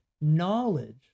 knowledge